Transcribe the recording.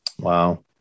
Wow